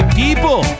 people